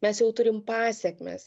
mes jau turim pasekmes